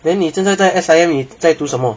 then 你一真在 S_I_M 你在读什么